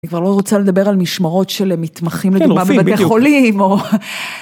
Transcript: אני כבר לא רוצה לדבר על משמרות של מתמחים. כן, רופאים בדיוק. בבתי חולים, או...